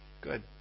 good